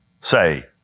say